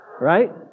right